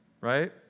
right